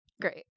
Great